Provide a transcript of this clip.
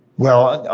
well,